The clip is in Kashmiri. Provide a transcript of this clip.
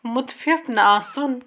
مُتفِف نہٕ آسُن